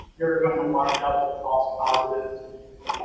you're going to wind up with false positives